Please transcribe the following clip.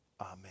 Amen